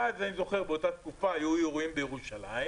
אני זוכר שבאותה תקופה היו אירועים בירושלים,